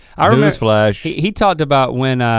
um news flash. he talked about when